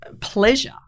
pleasure